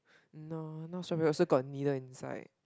no not so really also got needle inside